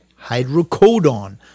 hydrocodone